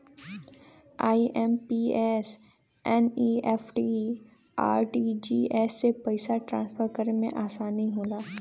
IMPS, NEFT, RTGS से पइसा transfer करे में आसानी होला